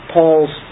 Paul's